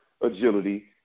agility